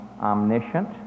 omniscient